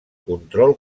control